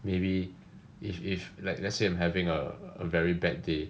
maybe if if like let's say I am having a very bad day